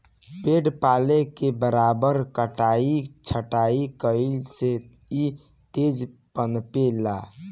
पेड़ पालो के बराबर कटाई छटाई कईला से इ तेज पनपे ला